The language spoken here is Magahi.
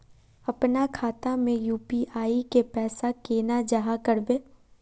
अपना खाता में यू.पी.आई के पैसा केना जाहा करबे?